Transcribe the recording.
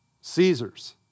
Caesar's